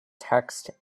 text